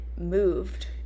moved